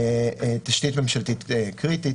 תשתית ממשלתית קריטית